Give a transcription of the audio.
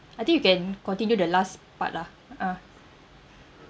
I think you can continue the last part lah ah